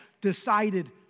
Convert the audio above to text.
decided